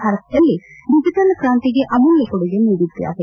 ಭಾರತದಲ್ಲಿ ಡಿಜಿಟಲ್ ಕ್ರಾಂತಿಗೆ ಅಮೂಲ್ಯ ಕೊಡುಗೆ ನೀಡಿದ್ದಾರೆ